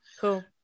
cool